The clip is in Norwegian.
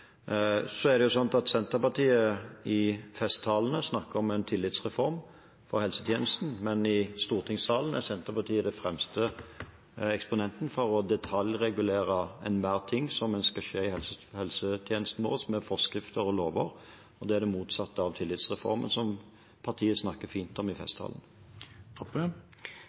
Så er det sånn at Senterpartiet i festtalene snakker om en tillitsreform i helsetjenesten, men i stortingssalen er Senterpartiet den fremste eksponenten for å detaljregulere enhver ting som skal skje i helsetjenesten, med forskrifter og lover. Det er det motsatte av tillitsreformen, som partiet snakker fint om i